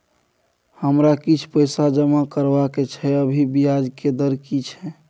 हमरा किछ पैसा जमा करबा के छै, अभी ब्याज के दर की छै?